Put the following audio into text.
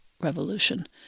revolution